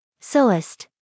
Soest